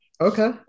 Okay